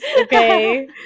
okay